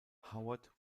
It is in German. howard